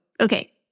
Okay